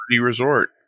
resort